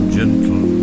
gentle